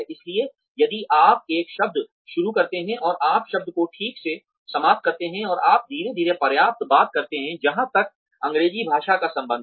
इसलिए यदि आप एक शब्द शुरू करते हैं और आप शब्द को ठीक से समाप्त करते हैं और आप धीरे धीरे पर्याप्त बात करते हैं जहां तक अंग्रेजी भाषा का संबंध है